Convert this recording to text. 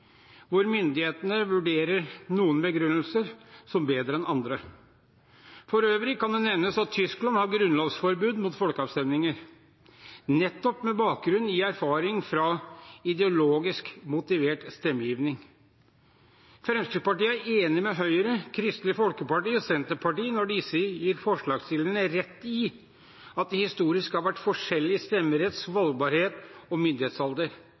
hvor myndighetene vurderer noen begrunnelser som bedre enn andre. For øvrig kan det nevnes at Tyskland har grunnlovsforbud mot folkeavstemninger, nettopp med bakgrunn i erfaring fra ideologisk motivert stemmegivning. Fremskrittspartiet er enig med Høyre, Kristelig Folkeparti og Senterpartiet når disse gir forslagsstillerne rett i at det historisk har vært forskjellig stemmeretts-, valgbarhets- og myndighetsalder.